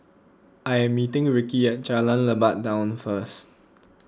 I am meeting Rickie at Jalan Lebat Daun first